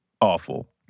awful